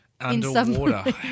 Underwater